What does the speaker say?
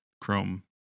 chrome